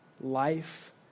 life